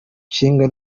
nshinga